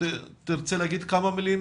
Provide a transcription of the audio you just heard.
תרצה לומר כמה מילים?